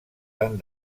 tant